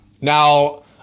now